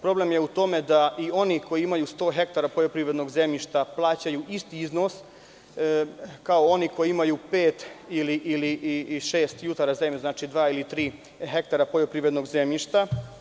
Problem je u tome da i oni koji imaju sto hektara poljoprivrednog zemljišta plaćaju isti iznos kao oni koji imaju pet ili šest jutara zemlje, znači, dva ili tri hektara poljoprivrednog zemljišta.